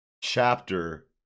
chapter